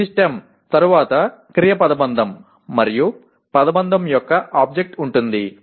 ఈ స్టెమ్ తరువాత క్రియ పదబంధం మరియు పదబంధం యొక్క ఆబ్జెక్ట్ ఉంటుంది